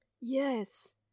Yes